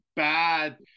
Bad